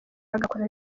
agakora